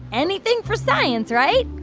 anything for science, right?